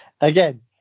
Again